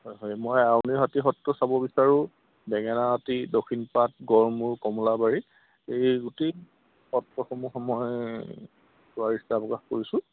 হয় হয় মই আউনিআটী সত্ৰ চাব বিচাৰোঁ বেঙেনাআটী দক্ষিণপাট গড়মূৰ কমলাবাৰী এই গোটেই সত্ৰসমূহ মই চোৱাৰ ইচ্ছা প্ৰকাশ কৰিছোঁ